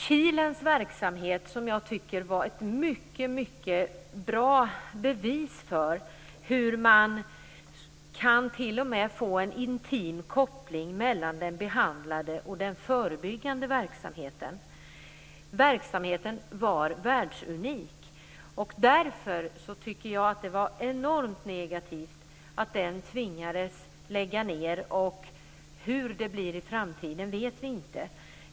Kilens verksamhet var ett mycket bra bevis för att man t.o.m. kan få en intim koppling mellan den behandlande och den förebyggande verksamheten. Verksamheten var världsunik. Därför var det enormt negativt att den tvingades lägga ned. Hur det blir i framtiden vet vi inte.